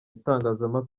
itangazamakuru